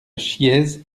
chiéze